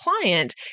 client